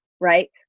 right